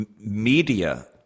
Media